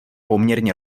poměrně